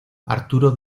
arturo